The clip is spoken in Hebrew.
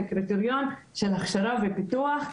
לגבי הקריטריון של הכשרה ופיתוח,